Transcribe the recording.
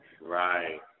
Right